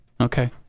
Okay